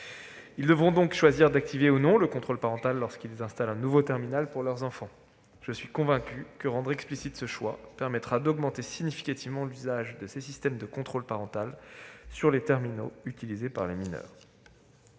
Ils devront donc choisir d'activer ou non le contrôle parental lorsqu'ils installent un nouveau terminal pour leurs enfants. Je suis convaincu que rendre explicite ce choix permettra d'augmenter significativement l'usage de ces systèmes de contrôle parental sur les terminaux utilisés par les mineurs.